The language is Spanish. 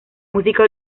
música